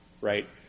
right